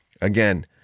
Again